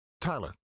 Tyler